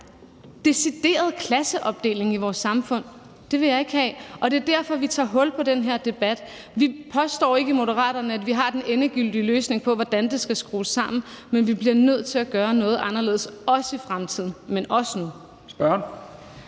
decideret klasseopdeling i vores samfund. Det vil jeg ikke have, og det er derfor, vi tager hul på den her debat. Vi påstår ikke i Moderaterne, at vi har den endegyldige løsning på, hvordan det skal skrues sammen, men vi bliver nødt til at gøre noget anderledes – også i fremtiden, men også nu.